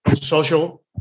social